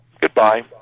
Goodbye